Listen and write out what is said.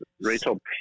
Rachel